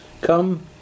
come